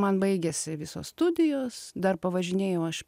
man baigėsi visos studijos dar pavažinėjau aš